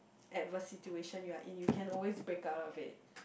adverse situation you are in you can always break out of it